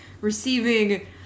receiving